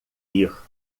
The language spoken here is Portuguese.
vir